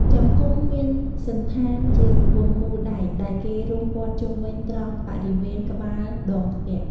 ចង្គំ មានសណ្ឋានជារង្វង់មូលដែកដែលគេរុំព័ទ្ធជុំវិញត្រង់បរិវេណក្បាលដងផ្គាក់។